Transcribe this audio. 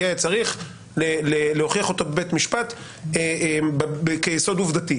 יהיה צריך להוכיח אותו בבית המשפט כיסוד עובדתי.